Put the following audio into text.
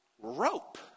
rope